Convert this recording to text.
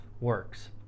works